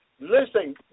Listen